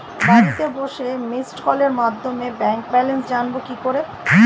বাড়িতে বসে মিসড্ কলের মাধ্যমে ব্যাংক ব্যালেন্স জানবো কি করে?